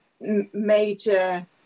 major